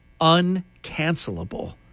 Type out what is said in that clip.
uncancelable